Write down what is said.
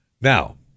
Now